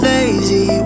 Lazy